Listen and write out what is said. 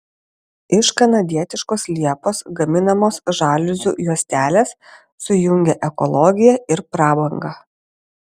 iš kanadietiškos liepos gaminamos žaliuzių juostelės sujungia ekologiją ir prabangą